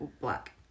black